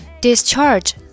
Discharge